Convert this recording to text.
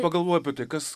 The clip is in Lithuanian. pagalvoju apie tai kas